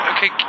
Okay